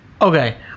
Okay